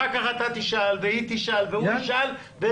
אחר כך אתה תשאל והיא תשאל והוא ישאל,